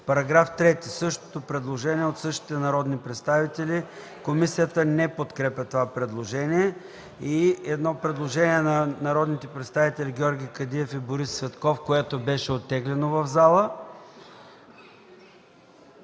По § 3 – същото предложение от същите народни представители. Комисията не подкрепя това предложение. И едно предложение на народните представители Георги Кадиев и Борис Цветков, което беше оттеглено в залата.